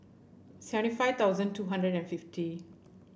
seventy five thousand two hundred and fifty